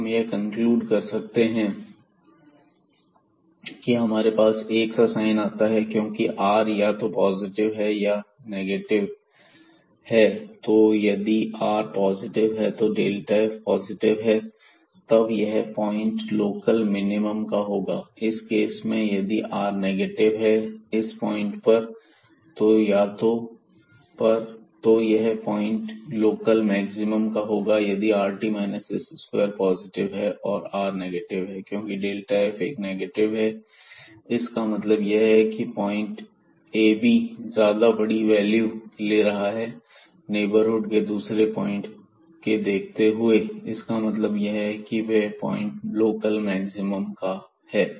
तो हम यह कंक्लूड कर सकते हैं कि हमारे पास एक सा साइन आता है क्योंकि r या तो पॉजिटिव है या नेगेटिव है तो यदि r पोजिटिव है तो f पॉजिटिव है तब यह पॉइंट लोकल मिनिमम का होगा इस केस में और यदि r नेगेटिव है इस पॉइंट पर तो यह पॉइंट लोकल मैक्सिमम का होगा जबकि rt s2 पॉजिटिव है और r नेगेटिव है क्योंकि f एक नेगेटिव है इसका मतलब यह है की पॉइंट ab ज्यादा बड़ी वाली वैल्यू ले रहा है नेबरहुड के दूसरे पॉइंट के देखते हुए इसका मतलब यह है की पॉइंट लोकल मैक्सिमम का है